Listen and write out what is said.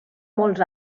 molts